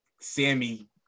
Sammy